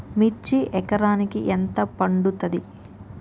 మిర్చి ఎకరానికి ఎంత పండుతది?